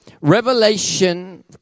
Revelation